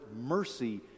mercy